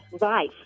life